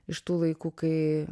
iš tų laikų kai